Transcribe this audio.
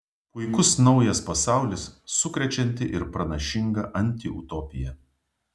puikus naujas pasaulis sukrečianti ir pranašinga antiutopija